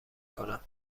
کنم